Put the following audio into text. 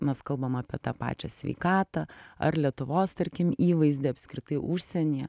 mes kalbam apie tą pačią sveikatą ar lietuvos tarkim įvaizdį apskritai užsienyje